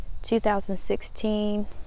2016